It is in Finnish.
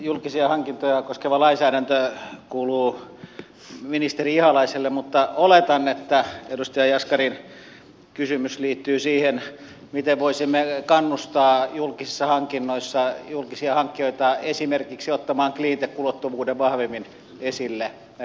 julkisia hankintoja koskeva lainsäädäntö kuuluu ministeri ihalaiselle mutta oletan että edustaja jaskarin kysymys liittyy siihen miten voisimme kannustaa julkisia hankkijoita ottamaan esimerkiksi cleantech ulottuvuuden vahvemmin esille näissä hankinnoissa